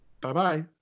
Bye-bye